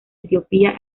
etiopía